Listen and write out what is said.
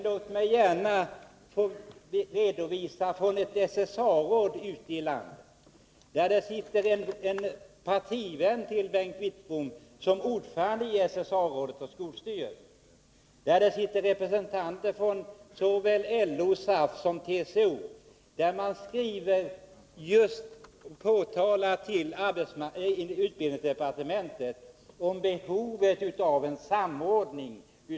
Låt mig lämna en redovisning från ett SSA-råd ute i landet, där en partivän till Bengt Wittbom är ordförande och representanter för såväl LO och SAF som TCO ingår. Man har för utbildningsdepartementet pekat på behovet av en samordning.